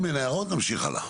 אם אין הערות נמשיך הלאה.